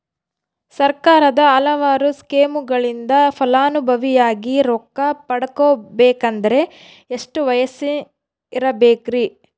ಸರ್ಕಾರದ ಹಲವಾರು ಸ್ಕೇಮುಗಳಿಂದ ಫಲಾನುಭವಿಯಾಗಿ ರೊಕ್ಕ ಪಡಕೊಬೇಕಂದರೆ ಎಷ್ಟು ವಯಸ್ಸಿರಬೇಕ್ರಿ?